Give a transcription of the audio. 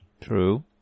true